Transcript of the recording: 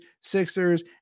Sixers